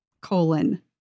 colon